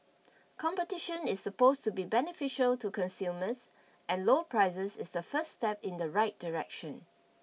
competition is supposed to be beneficial to consumers and lower prices is the first step in the right direction